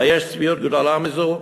היש צביעות גדולה מזו?